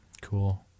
Cool